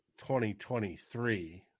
2023